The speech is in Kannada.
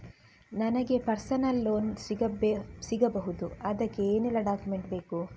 ನನಗೆ ಪರ್ಸನಲ್ ಲೋನ್ ಸಿಗಬಹುದ ಅದಕ್ಕೆ ಏನೆಲ್ಲ ಡಾಕ್ಯುಮೆಂಟ್ ಬೇಕು?